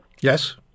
Yes